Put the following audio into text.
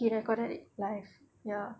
he recorded it live ya